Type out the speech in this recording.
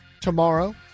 tomorrow